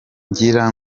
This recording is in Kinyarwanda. ngira